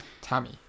tammy